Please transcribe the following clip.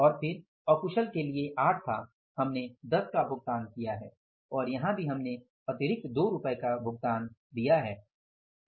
और फिर अकुशल के लिए 8 था हमने 10 का भुगतान किया है और यहां भी हमने अतिरिक्त 2 रुपये का भुगतान किया है